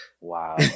Wow